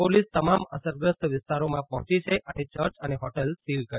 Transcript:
police તમામ અસરગ્રસ્ત વિસ્તારોમાં પહોંચી છે અને ચર્ચ અને હોટેલ સીલ કરી છે